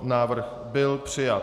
Návrh byl přijat.